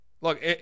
Look